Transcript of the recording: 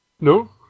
No